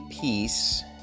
piece